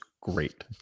great